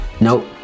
Nope